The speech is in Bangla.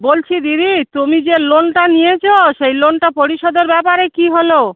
বলছি দিদি তুমি যে লোনটা নিয়েছো সেই লোনটা পরিশোধের ব্যাপারে কী হলো